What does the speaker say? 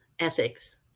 Ethics